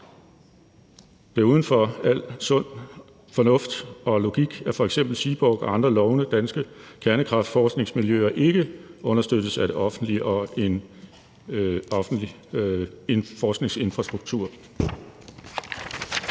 Det er uden for al sund fornuft og logik, at f.eks. Seaborg og andre lovende danske kernekraftsforskningsmiljøer ikke understøttes af det offentlige og en offentlig forskningsinfrastruktur.